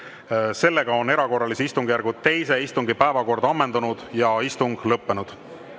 nõuet. Erakorralise istungjärgu teise istungi päevakord on ammendunud ja istung lõppenud.